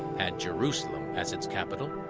had jerusalem as its capital,